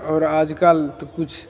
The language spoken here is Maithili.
आओर आजकल तऽ किछु